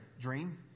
dream